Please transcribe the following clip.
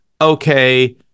okay